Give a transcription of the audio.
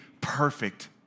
perfect